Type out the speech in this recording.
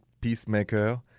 peacemaker